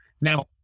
Now